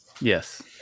Yes